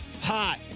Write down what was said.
hot